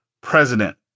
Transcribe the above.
president